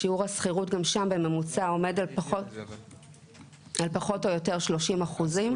שיעור השכירות גם שם בממוצע עומד על פחות או יותר 30 אחוזים --- אז